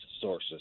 sources